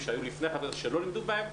לפני החג שהמורים לא לימדו בהם,